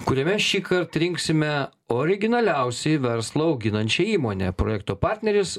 kuriame šįkart rinksime originaliausiai verslą auginančią įmonę projekto partneris